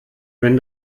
wenn